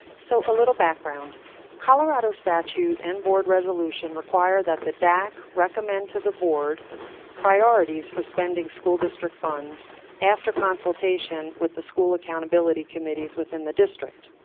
so a little background colorado statute and board resolution require that the dac recommend to the board priorities for spending school district funds after consultation with the school accountability committees within the district.